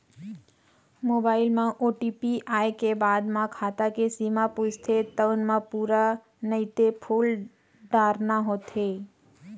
mobile म OTP आए के बाद म खाता के सीमा पूछथे तउन म पूरा नइते फूल डारना होथे